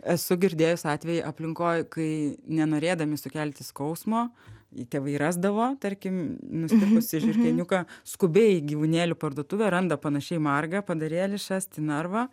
esu girdėjus atvejį aplinkoj kai nenorėdami sukelti skausmo tėvai rasdavo tarkim nustipusį žiurkėniuką skubiai į gyvūnėlių parduotuvę randa panašiai margą padarėlį šast į narvą